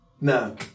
No